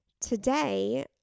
Today